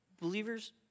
Believers